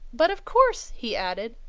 but, of course, he added,